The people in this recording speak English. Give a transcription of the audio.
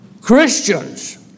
Christians